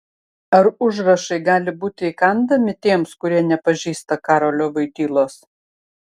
ar užrašai gali būti įkandami tiems kurie nepažįsta karolio voitylos